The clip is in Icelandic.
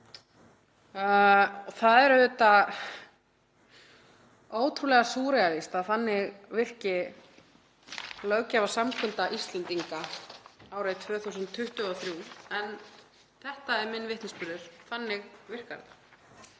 Það er auðvitað ótrúlega súrrealískt að þannig virki löggjafarsamkunda Íslendinga árið 2023. En þetta er minn vitnisburður, þannig virkar þetta.